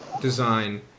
design